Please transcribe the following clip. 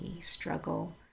struggle